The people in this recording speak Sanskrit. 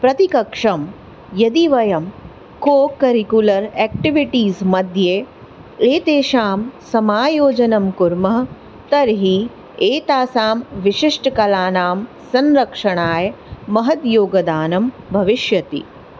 प्रतिकक्षं यदि वयं कोकरिकुलर् एक्टेविटीस् मध्ये एतेषां समायोजनं कुर्मः तर्हि एतासां विशिष्टकलानां संरक्षणाय महद्योगदानं भविष्यति